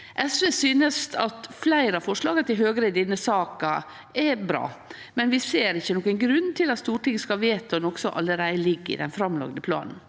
SV synest at fleire av forslaga til Høgre i denne saka er bra, men vi ser ikkje nokon grunn til at Stortinget skal vedta noko som allereie ligg i den framlagde planen.